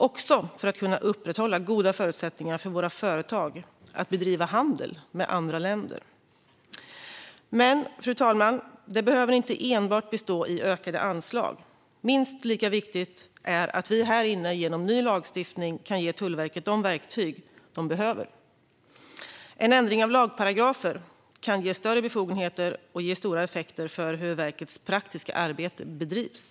Det handlar även om att kunna upprätthålla goda förutsättningar för våra företag att bedriva handel med andra länder. Men det behöver inte enbart handla om ökade anslag, fru talman - minst lika viktigt är det att vi här inne, genom ny lagstiftning, kan ge Tullverket de verktyg myndigheten behöver. En ändring av lagparagrafer kan ge större befogenheter och ha stora effekter för hur verkets praktiska arbete bedrivs.